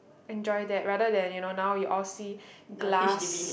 enjoy that rather than you know now you all see glass